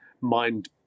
mind